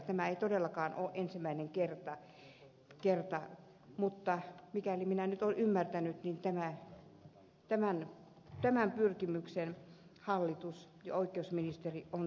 tämä ei todellakaan ole ensimmäinen kerta mutta mikäli minä nyt olen ymmärtänyt tämän pyrkimyksen hallitus ja oikeusministeri ovat tyrmänneet